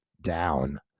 down